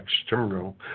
external